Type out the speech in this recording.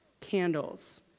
candles